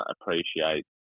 appreciate